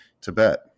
Tibet